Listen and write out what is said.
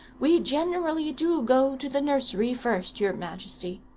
we generally do go to the nursery first, your majesty.